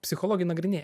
psichologai nagrinėja